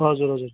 हजुर हजुर